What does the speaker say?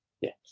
yes